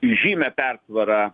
žymią persvarą